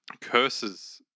curses